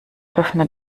öffne